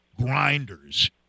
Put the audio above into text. grinders